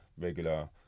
regular